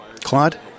Claude